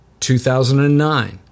2009